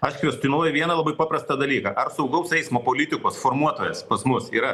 aš kvestionuoju vieną labai paprastą dalyką ar saugaus eismo politikos formuotojas pas mus yra